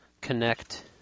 connect